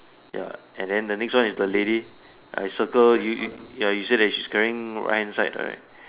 ya and then the next one is the lady I circle you you ya you see the she screen run inside right